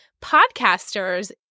podcasters